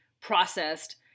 processed